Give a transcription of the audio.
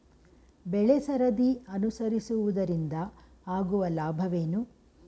ಬೆಳೆಸರದಿ ಅನುಸರಿಸುವುದರಿಂದ ಆಗುವ ಲಾಭವೇನು?